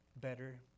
better